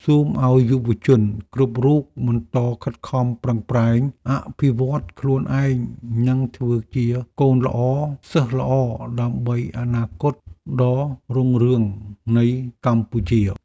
សូមឱ្យយុវជនគ្រប់រូបបន្តខិតខំប្រឹងប្រែងអភិវឌ្ឍន៍ខ្លួនឯងនិងធ្វើជាកូនល្អសិស្សល្អដើម្បីអនាគតដ៏រុងរឿងនៃកម្ពុជា។